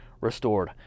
restored